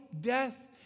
death